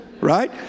right